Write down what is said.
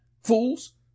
fools